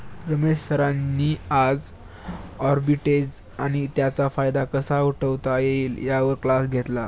रमेश सरांनी आज आर्बिट्रेज आणि त्याचा फायदा कसा उठवता येईल यावर क्लास घेतला